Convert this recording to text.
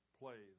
play